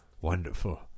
wonderful